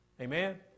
Amen